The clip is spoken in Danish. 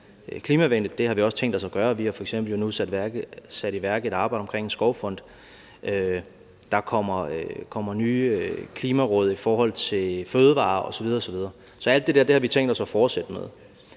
klimavenligt. Det har vi også tænkt os at gøre. Vi har jo f.eks. nu sat et arbejde i værk omkring en skovfond, der kommer nye klimaråd i forhold til fødevarer osv. osv. Så alt det der har vi tænkt os at fortsætte med.